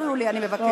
הפריעו לי, אני מבקשת.